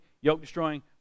yoke-destroying